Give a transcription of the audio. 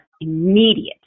immediate